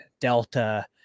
Delta